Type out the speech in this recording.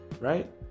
right